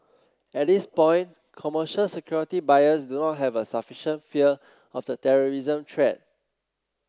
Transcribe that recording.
at this point commercial security buyers do not have a sufficient fear of the terrorism threat